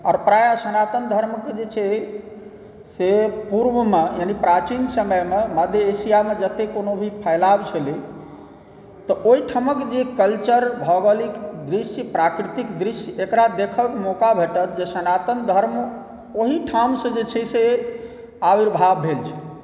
आओर प्रायः सनातन धर्मके जे छै से पूर्वमे यानी प्राचीन समयमे मध्य एशियामे जते कोनो भी फैलाव छलै तऽ ओहिठामक जे कल्चर भौगोलिक दृश्य प्राकृतिक दृश्य एकरा देखक मौका भेटत जे सनातन धर्म ओहिठामसँ जे छै से आविर्भाव भेल छै